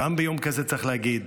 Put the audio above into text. גם ביום כזה צריך להגיד: